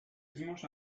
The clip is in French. dimanche